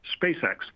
SpaceX